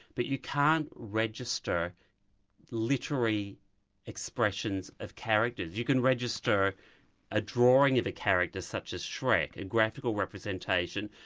but you can't register literary expressions of characters. you can register a drawing of a character such as shrek, a graphical representation,